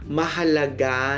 mahalaga